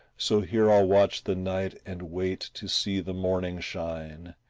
so here i'll watch the night and wait to see the morning shine,